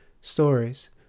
Stories